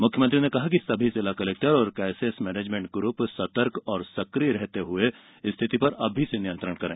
मुख्यमंत्री ने कहा कि सभी जिला कलेक्टर और क्राइसेस मैनेजमेंट ग्रुप सतर्क और सक्रिय रहते हुए स्थिति पर अभी से नियंत्रण करें